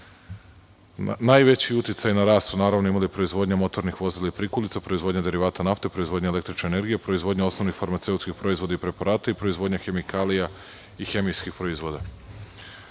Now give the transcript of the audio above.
Najveći uticaj na rast su, naravno, imali proizvodnja motornih vozila i prikolica, proizvodnja derivata nafte, proizvodnja električne energije, proizvodnja osnovnih farmaceutskih proizvoda i preparata i proizvodnja hemikalija i hemijskih proizvoda. Što